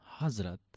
Hazrat